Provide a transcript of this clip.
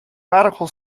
radical